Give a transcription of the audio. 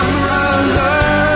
brother